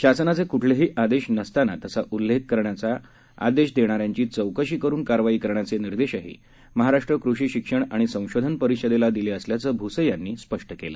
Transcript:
शासनाचे क्ठलेही आदेश नसताना तसा उल्लेख करण्याचा आदेश देणाऱ्यांची चौकशी करून कारवाई करण्याचे निर्देश महाराष्ट्र कृषि शिक्षण आणि संशोधन परिषदेला दिले असल्याचं भुसे यांनी सांगितलं